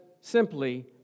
simply